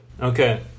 Okay